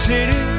City